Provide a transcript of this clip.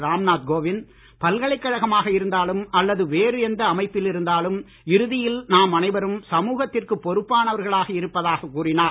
ராம் நாத் கோவிந்த் பல்கலைக்கழகமாக இருந்தாலும் அல்லது வேறு எந்த அமைப்பில் இருந்தாலும் இறுதியில் நாம் அனைவரும் சமூகத்திற்கு பொறுப்பானவர்களாக இருப்பதாக கூறினார்